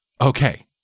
Okay